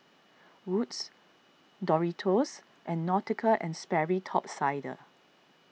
Wood's Doritos and Nautica and Sperry Top Sider